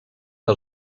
que